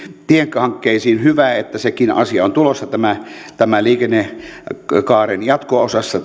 tiehankkeisiin hyvä että sekin asia on tulossa tämän liikennekaaren jatko osassa